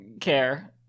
care